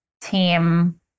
team